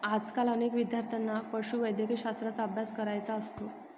आजकाल अनेक विद्यार्थ्यांना पशुवैद्यकशास्त्राचा अभ्यास करायचा असतो